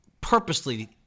purposely